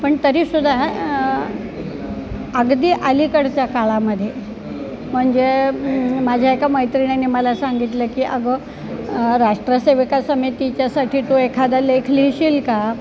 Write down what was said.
पण तरी सुद्धा अगदी अलीकडच्या काळामध्ये म्हणजे माझ्या एका मैत्रिणीने मला सांगितलं की अगं राष्ट्रसेविका समितीच्यासाठी तो एखादा लेख लिहशील का